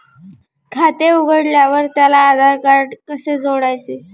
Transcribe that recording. खाते उघडल्यावर त्याला आधारकार्ड कसे जोडायचे?